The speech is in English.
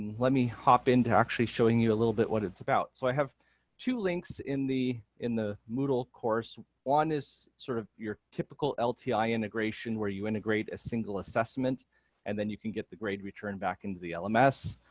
let me hop into actually showing you a little bit what it's about. so i have two links in the in the moodle course one is sort of your typical lti integration where you integrate a single assessment and then you can get the grade return back into the um lms,